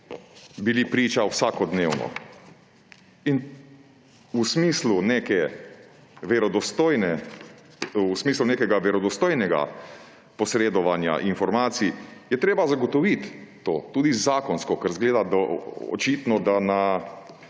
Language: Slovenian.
bili priča vsakodnevno. V smislu nekega verodostojnega posredovanja informacij je treba to zagotoviti tudi zakonsko, ker očitno zgleda, da na